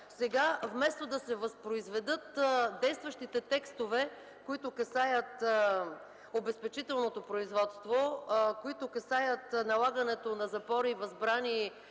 сега вместо да се възпроизведат действащите текстове, които касаят обезпечителното производство, които касаят налагането на запори и възбрани